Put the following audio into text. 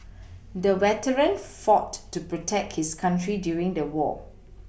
the veteran fought to protect his country during the war